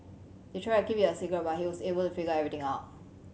they tried to keep it a secret but he was able to figure everything out